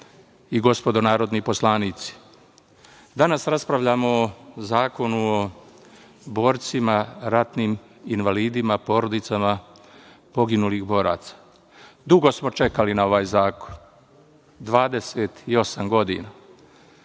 i gospodo narodni poslanici, danas raspravljamo o Zakonu o borcima ratnim invalidima, porodicama poginulih boraca. Dugo smo čekali na ovaj zakon, 28 godina.